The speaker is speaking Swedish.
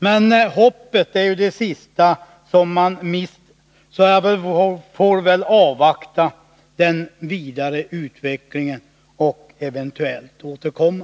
Men hoppet är det sista man mister, så jag får väl avvakta den vidare utvecklingen och eventuellt återkomma.